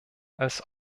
als